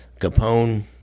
Capone